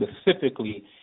specifically